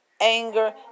anger